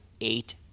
eight